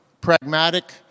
pragmatic